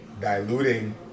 diluting